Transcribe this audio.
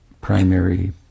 primary